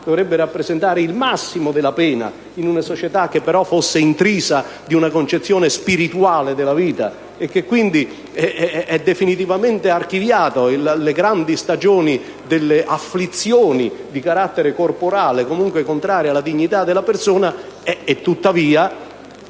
dovrebbe rappresentare il massimo della pena. In una società, però, che sia intrisa di una concezione spirituale della vita, e dove sono definitivamente archiviate le grandi stagioni delle afflizioni di carattere corporale e comunque contrarie alla dignità della persona, tuttavia,